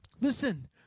Listen